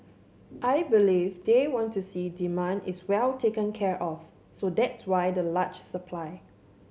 I believe they want to see demand is well taken care of so that's why the large supply